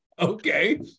okay